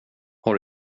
har